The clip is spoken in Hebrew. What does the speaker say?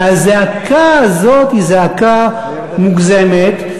והזעקה הזאת היא זעקה מוגזמת.